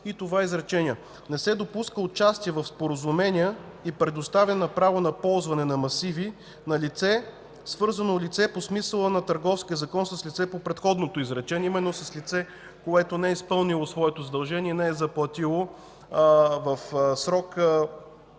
и изречението „Не се допуска участие в споразумения и предоставяне на право на ползване на масиви на свързано лице по смисъла на Търговския закон с лице по предходното изречение”, именно с лице, което не е изпълнило своето задължение и не е заплатило в срок